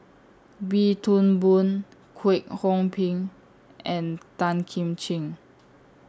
Wee Toon Boon Kwek Hong Png and Tan Kim Ching